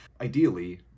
ideally